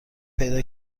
پیدا